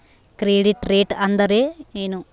Credit rate ಅಂದರೆ ಏನು?